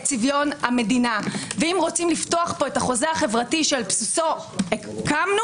צביון המדינה ואם רוצים לפתוח פה את החוזה החברתי שעל בסיסו קמנו,